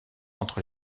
entre